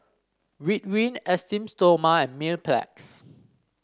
Ridwind Esteem Stoma and Mepilex